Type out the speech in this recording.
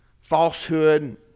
Falsehood